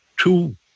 two